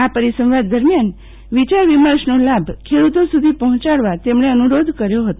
આ પરિસંવાદ દરિમયાન વિચાર વિમર્શનો લાભ ખે ડુતો સુધી પર્જોચાડવા તેમણે અનુરોધ કર્યો હતો